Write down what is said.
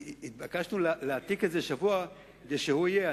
התבקשנו להעתיק את זה בשבוע, כדי שהוא יהיה.